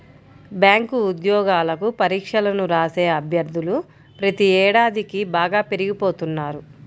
bank ఉద్యోగాలకు పరీక్షలను రాసే అభ్యర్థులు ప్రతి ఏడాదికీ బాగా పెరిగిపోతున్నారు